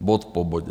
Bod po bodu.